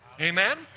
Amen